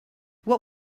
what